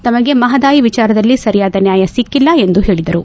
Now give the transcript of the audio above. ತಮಗೆ ಮಹಾದಾಯಿ ವಿಚಾರದಲ್ಲಿ ಸರಿಯಾದ ನ್ಯಾಯ ಸಿಕ್ಲಲ್ಲ ಎಂದು ಹೇಳಿದರು